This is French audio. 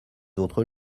autres